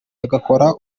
agakora